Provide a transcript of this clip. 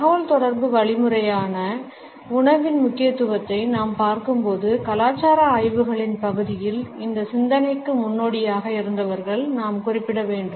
தகவல்தொடர்பு வழிமுறையாக உணவின் முக்கியத்துவத்தை நாம் பார்க்கும்போது கலாச்சார ஆய்வுகளின் பகுதியில் இந்த சிந்தனைக்கு முன்னோடியாக இருந்தவர்களை நாம் குறிப்பிட வேண்டும்